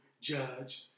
judge